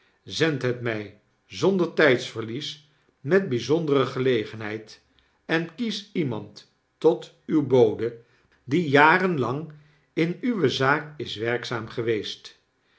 zend het mij zonder tijdverlies met byzondere gelegenheid en kies iemand tot uw bode die jarenlang in uwe zaak is werkzaam geweest